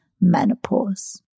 menopause